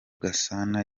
gasana